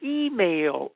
email